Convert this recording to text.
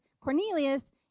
Cornelius